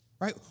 Right